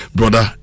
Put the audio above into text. Brother